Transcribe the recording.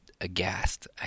aghast